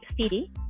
city